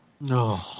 No